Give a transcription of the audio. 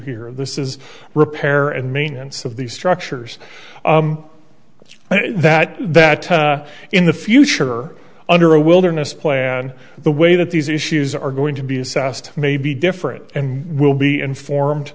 here this is repair and maintenance of these structures and that that in the future under a wilderness play on the way that these issues are going to be assessed may be different and we'll be informed